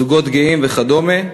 זוגות גאים וכדומה,